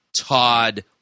Todd